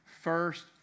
first